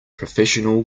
professional